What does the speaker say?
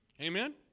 Amen